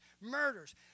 murders